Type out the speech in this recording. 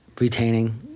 retaining